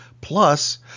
Plus